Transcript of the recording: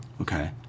Okay